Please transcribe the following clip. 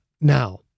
now